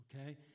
Okay